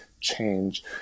change